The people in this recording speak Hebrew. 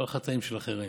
לא על חטאים של אחרים.